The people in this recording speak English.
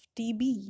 TB